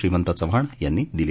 श्रीमंत चव्हाण यांनी दिली